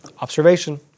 observation